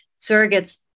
surrogates